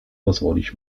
pozwolić